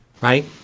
Right